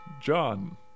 John